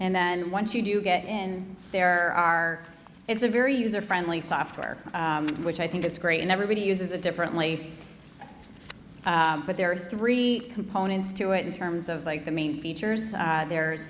and then once you do get in there are it's a very user friendly software which i think is great and everybody uses a differently but there are three components to it in terms of like the main features there's